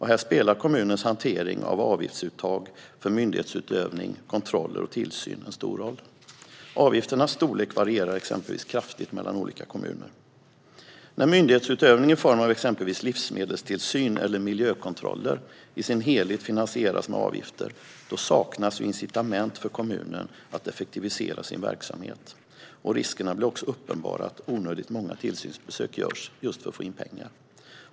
Här spelar kommunens hantering av avgiftsuttag för myndighetsutövning, kontroller och tillsyn en stor roll. Avgifternas storlek varierar exempelvis kraftigt mellan olika kommuner. När myndighetsutövning i form av exempelvis livsmedelstillsyn eller miljökontroller i sin helhet finansieras med avgifter saknas incitament för kommunen att effektivisera sin verksamhet. Det blir också en uppenbar risk att onödigt många tillsynsbesök görs just för att man ska få in pengar.